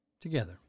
Together